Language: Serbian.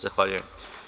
Zahvaljujem.